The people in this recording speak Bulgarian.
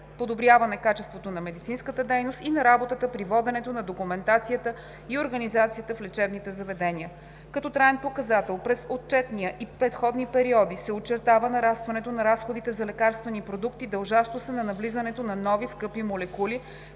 подобряване качеството на медицинската дейност и на работата при воденето на документацията и организацията в лечебните заведения. Като траен показател през отчетния и предходни периоди се очертава нарастването на разходите за лекарствени продукти, дължащо се на навлизането на нови, скъпи молекули,